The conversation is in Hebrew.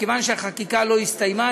מכיוון שהחקיקה לא הסתיימה,